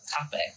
topic